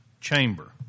chamber